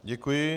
Děkuji.